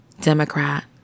Democrat